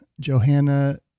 Johanna